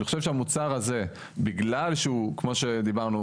אני חושב שהמוצר הזה, בגלל שהוא כמו שדיברנו,